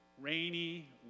Rainy